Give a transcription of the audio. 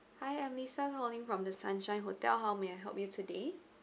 hi I'm lisa calling from the sunshine hotel how may I help you today